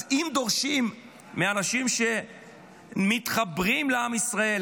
אז אם דורשים מאנשים שמתחברים לעם ישראל,